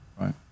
Right